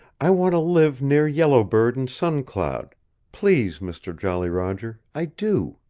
i want to live near yellow bird and sun cloud please mister jolly roger i do.